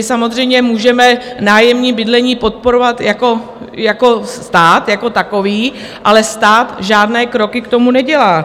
Samozřejmě můžeme nájemní bydlení podporovat, stát jako takový, ale stát žádné kroky k tomu nedělá.